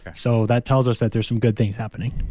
so that tells us that there's some good things happening